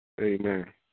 Amen